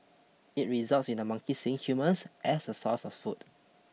it results in the monkeys seeing humans as a sources of food